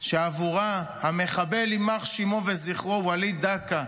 שעבורה המחבל, יימח שמו וזכרו, וליד דקה,